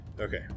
Okay